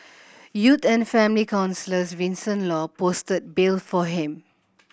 youth and family counsellor Vincent Law posted bail for him